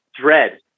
dread